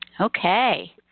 Okay